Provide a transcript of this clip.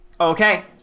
Okay